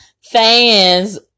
fans